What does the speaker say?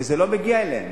וזה לא מגיע אליהם,